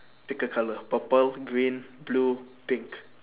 pick a colour purple green blue pink